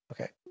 Okay